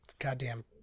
goddamn